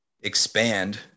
expand